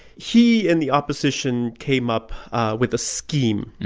he and the opposition came up with a scheme.